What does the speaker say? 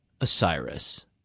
Osiris